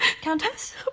Countess